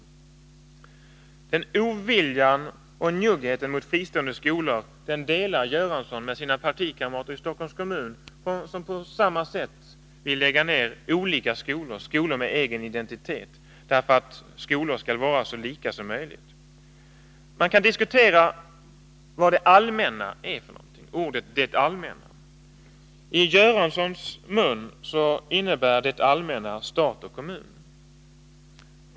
Statsrådet Göransson visar samma ovilja och njugghet mot fristående skolor som hans partikamrater i Stockholms kommun som vill lägga ner olika skolor, skolor med egen identitet, därför att skolor skall vara så lika som möjligt. Man kan diskutera vad uttrycket ”det allmänna” är för något. I statsrådet Göransssons mun innebär ”det allmänna” stat och kommun.